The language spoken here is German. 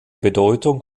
bedeutung